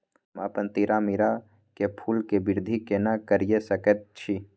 हम अपन तीरामीरा के फूल के वृद्धि केना करिये सकेत छी?